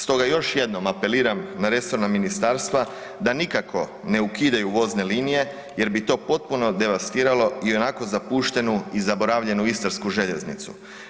Stoga još jednom apeliram na resorna ministarstva da nikako ne ukidaju vozne linije jer bi to potpuno devastiralo ionako zapuštenu i zaboravljenu istarsku željeznicu.